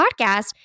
Podcast